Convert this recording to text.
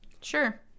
Sure